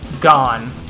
gone